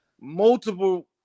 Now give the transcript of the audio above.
multiple